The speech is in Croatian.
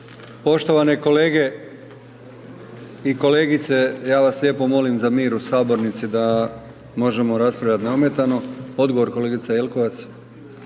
Poštovane kolege i kolegice ja vas lijepo molim za mir u sabornici da možemo raspravljati neometano. Odgovor kolegice Jelkovac.